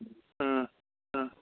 ꯎꯝ ꯎꯝ